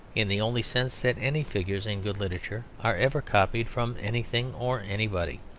in the only sense that any figures in good literature are ever copied from anything or anybody.